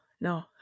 no